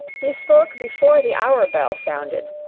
he spoke before the hour bell sounded,